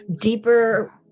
deeper